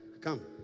Come